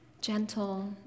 gentle